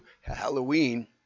Halloween